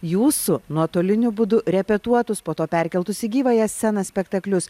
jūsų nuotoliniu būdu repetuotus po to perkeltus į gyvąją sceną spektaklius